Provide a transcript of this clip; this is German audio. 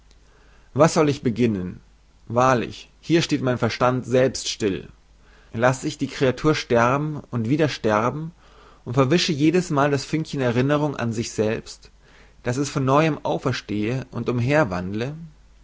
was soll ich beginnen wahrlich hier steht mein verstand selbst still lasse ich die kreatur sterben und wieder sterben und verwische jedesmal das fünkchen erinnerung an sich selbst daß es von neuem auferstehe und